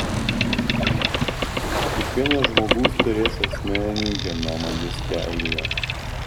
ilgainiui kiekvienas žmogus turės asmeninį genomą diskelyje